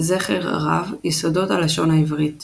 זכר רב – יסודות הלשון העברית